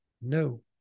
No